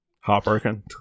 heartbroken